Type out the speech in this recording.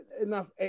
enough